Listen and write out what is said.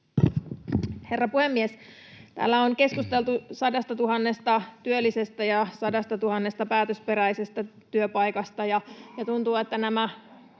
Herra puhemies! Täällä on keskusteltu sadastatuhannesta työllisestä ja sadastatuhannesta päätösperäisestä työpaikasta,